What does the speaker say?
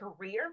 career